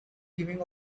giving